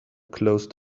closed